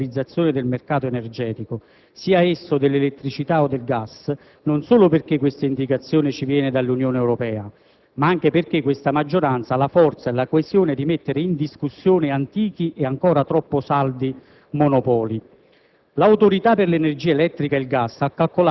Oggi affrontiamo con tale forza la liberalizzazione del mercato energetico, sia esso dell'elettricità o del gas, non solo perché questa indicazione ci viene dall'Unione Europea, ma anche perché questa maggioranza ha la forza e la coesione di mettere in discussione antichi e ancora troppo saldi monopoli.